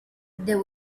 there